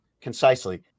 concisely